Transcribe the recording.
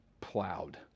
plowed